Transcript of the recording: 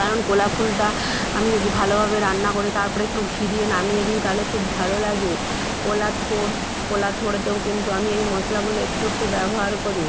কারণ কলা ফুলটা আমি যদি ভালোভাবে রান্না করে তারপরে একটু ঘি দিয়ে নামিয়ে দিই তালে খুব ভালো লাগে কলা থোড় কলা থোড়েতেও কিন্তু আমি এই মশলাগুলো একটু একটু ব্যবহার করি